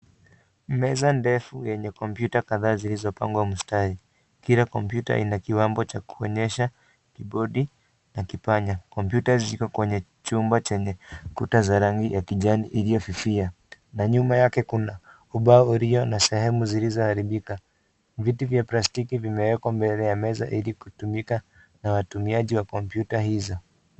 Meza ndefu yenye kompyuta kadhaa zilizopangwa mstari. Kila kompyuta ina kiwango cha kuonyesha kibodi na kipanya. Kompyuta ziko kwenye chumba chenye kuta za rangi ya kijani iliyofifia na nyuma yake na ubao uliyo na sehemu zilizoharibika. Viti vya plastiki vimewekwa mbele ya meza ili kutumika na watumiaji wa kompyuta hizo.